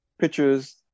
pictures